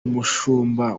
umushumba